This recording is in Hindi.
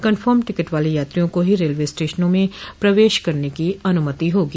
कंफर्म टिकट वाले यात्रियों को ही रेलवे स्टेशनों में प्रवेश करने की अनुमति होगी